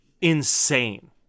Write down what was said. insane